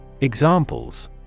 Examples